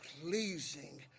pleasing